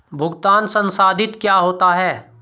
भुगतान संसाधित क्या होता है?